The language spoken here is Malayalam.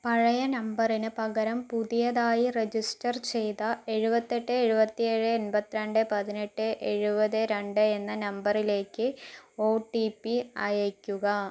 പഴയ നമ്പറിന് പകരം പുതിയതായി രജിസ്റ്റർ ചെയ്ത എഴുപത്തി എട്ട് എഴുപത്തി ഏഴ് എൺപത്തി രണ്ട് പതിനെട്ട് എഴുപത്തി രണ്ട് എന്ന നമ്പറിലേക്ക് ഒ ടി പി അയക്കുക